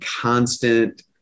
constant